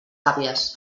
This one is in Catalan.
gàbies